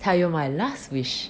tell you my last wish